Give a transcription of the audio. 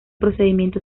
procedimiento